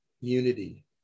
unity